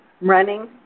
running